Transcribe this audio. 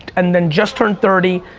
and then just turned thirty,